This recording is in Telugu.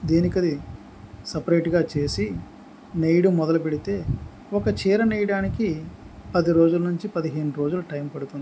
దేనికది సపరేట్గా చేసి నేయడం మొదలు పెడితే ఒక చీర నేయడానికి పది రోజుల నుంచి పదిహేను రోజులు టైం పడుతుంది